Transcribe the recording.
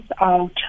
out